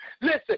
Listen